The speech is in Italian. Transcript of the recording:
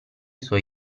suoi